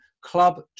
Club